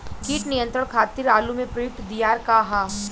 कीट नियंत्रण खातिर आलू में प्रयुक्त दियार का ह?